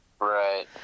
Right